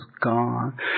gone